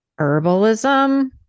Herbalism